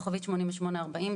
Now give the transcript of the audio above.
כוכבית 8840,